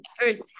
first